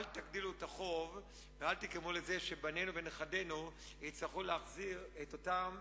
אל תגדילו את החוב ואל תגרמו לכך שבנינו ונכדינו יצטרכו להחזיר את אותם,